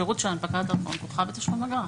השירות של הנפקת דרכון כרוכה בתשלום אגרה.